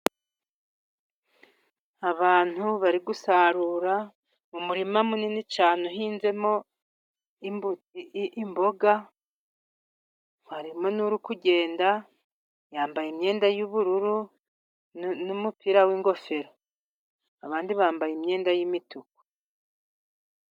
Abantu bari gusarura mu murima munini cyane uhinzemo imboga, harimo n'uri kugenda, yambaye imyenda yubururu n'umupira w'ingofero. Abandi bambaye imyenda y'imituku.